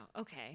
okay